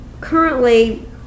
Currently